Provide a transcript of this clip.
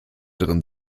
drin